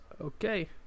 Okay